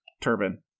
turban